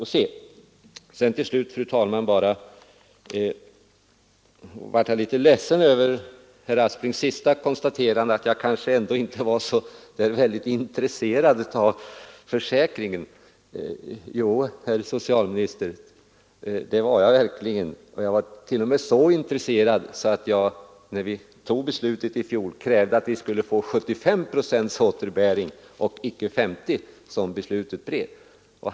Jag blev litet ledsen, fru talman, över herr Asplings senaste konstaterande, nämligen att jag kanske inte var så väldigt intresserad av tandvårdsförsäkringen. Jo, herr socialminister, det är jag verkligen. Jag var t.o.m. så intresserad att jag när vi tog beslutet i fjol krävde 75 procents återbäring och icke 50, som beslutet blev.